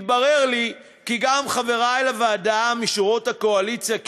מתברר לי כי גם חברי לוועדה משורות הקואליציה,